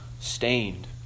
stained